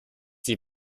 die